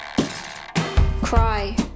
Cry